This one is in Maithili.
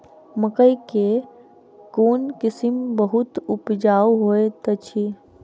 मकई केँ कोण किसिम बहुत उपजाउ होए तऽ अछि?